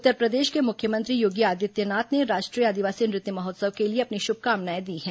उत्तर प्रदेश के मुख्यमंत्री योगी आदित्यनाथ ने राष्ट्रीय आदिवासी नृत्य महोत्सव के लिए अपनी शुभकामनाएं दी हैं